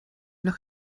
noch